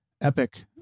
epic